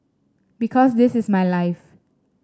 because this is my life